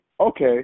okay